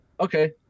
okay